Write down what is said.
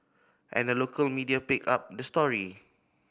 and the local media picked up the story